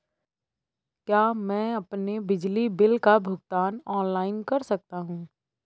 क्या मैं अपने बिजली बिल का भुगतान ऑनलाइन कर सकता हूँ?